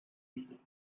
reef